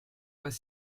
pas